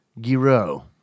Giro